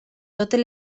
totes